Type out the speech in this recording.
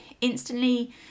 instantly